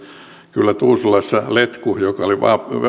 kyllä tuusulassa letku joka oli